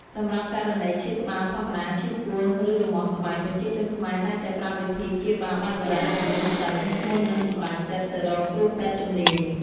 សម្រាប់ករណីឈឺក្បាលធម្មតា ឈឺពោះ ឬរមាស់ស្បែក ប្រជាជនខ្មែរតែងតែប្រើវិធីព្យាបាលបែបបុរាណជាមុនសិន មុននឹងសម្រេចចិត្តទៅរកគ្រូពេទ្យជំនាញ។